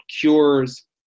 cures